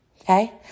Okay